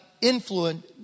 influence